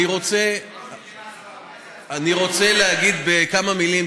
אני רוצה להגיד בכמה מילים,